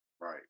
right